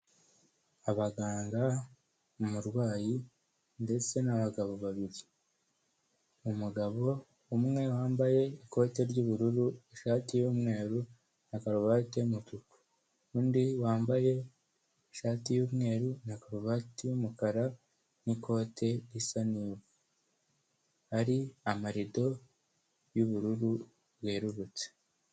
Abaganga, umurwayi ndetse n'abagabo babiri. Umugabo umwe wambaye ikote ry'ubururu, ishati y'umweru na karuvati y'umutuku. Undi wambaye ishati y'umweru na karuvati y'umukara n'ikote risa n'ivu. Hari amarido y'ubururu bwerurutse.